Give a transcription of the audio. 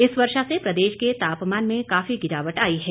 इस वर्षा से प्रदेश के तापमान में काफी गिरावट आई है